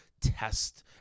test